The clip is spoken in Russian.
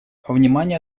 внимание